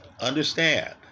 understand